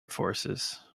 forces